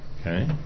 Okay